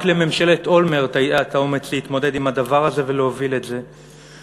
רק לממשלת אולמרט היה האומץ להתמודד עם הדבר הזה ולהוביל את זה.